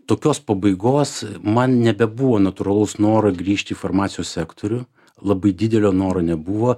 tokios pabaigos man nebebuvo natūralaus noro grįžti į farmacijos sektorių labai didelio noro nebuvo